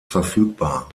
verfügbar